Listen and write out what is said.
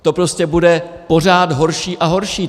To prostě bude pořád horší a horší.